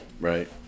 right